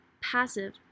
passive